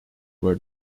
were